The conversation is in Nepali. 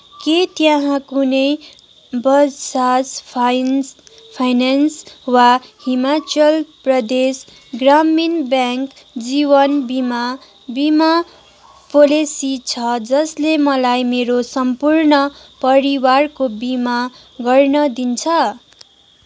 के त्यहाँ कुनै बजाज फाइन्स फाइनेन्स वा हिमाचल प्रदेश ग्रामीण ब्याङ्क जीवन बिमा बिमा पोलेसी छ जसले मलाई मेरो सम्पूर्ण परिवारको बिमा गर्न दिन्छ